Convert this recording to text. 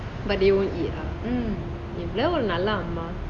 but they won't eat ah என்ன ஒரு நல்ல அம்மா:enna oru nalla amma